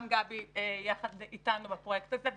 גם גבי יחד איתנו בפרויקט הזה,